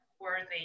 worthy